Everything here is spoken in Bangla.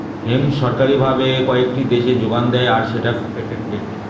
হেম্প সরকারি ভাবে কয়েকটি দেশে যোগান দেয় আর সেটা পেটেন্টেড